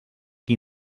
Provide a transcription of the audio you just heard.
que